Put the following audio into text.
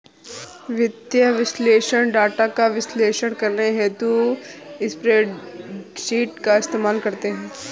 वित्तीय विश्लेषक डाटा का विश्लेषण करने हेतु स्प्रेडशीट का इस्तेमाल करते हैं